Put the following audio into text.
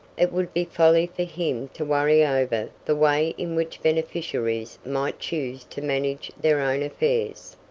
it would be folly for him to worry over the way in which beneficiaries might choose to manage their own affairs.